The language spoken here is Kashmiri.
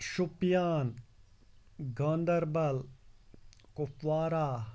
شُپیان گاندربَل کُپوارہ